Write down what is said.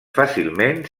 fàcilment